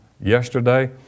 yesterday